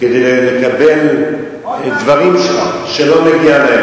כדי לקבל דברים שלא מגיע להם,